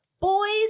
Boys